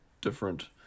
different